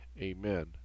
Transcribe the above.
amen